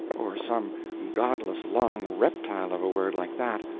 or some godless long reptile of a word like that,